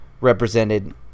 represented